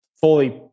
fully